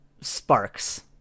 sparks